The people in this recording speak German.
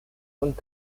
und